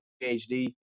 PhD